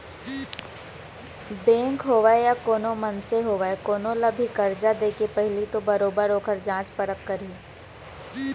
bank होवय या कोनो मनसे होवय कोनो ल भी करजा देके पहिली तो बरोबर ओखर जाँच परख करही